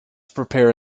prepare